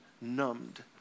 numbed